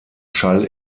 schall